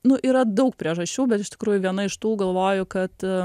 nu yra daug priežasčių bet iš tikrųjų viena iš tų galvoju kad